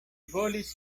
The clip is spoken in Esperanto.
volis